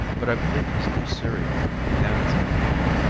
but i believe his new serial, brigands of the moon,